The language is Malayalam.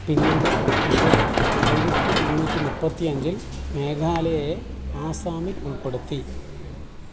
പിന്നീട് ബ്രിട്ടീഷുകാർ ആയിരത്തി എണ്ണൂറ്റി മുപ്പത്തി അഞ്ചിൽ മേഘാലയയെ ആസാമിൽ ഉൾപ്പെടുത്തി